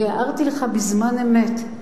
אני הערתי לך בזמן אמת.